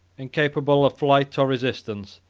incapable of flight or resistance,